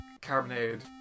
carbonated